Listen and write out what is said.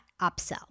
upsell